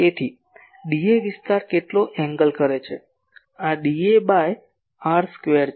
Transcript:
તેથી dA વિસ્તાર કેટલો ખૂણો કરે છે આ dA બાય r સ્ક્વેર છે